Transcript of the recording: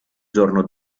giorno